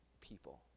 people